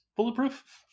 Bulletproof